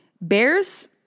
bears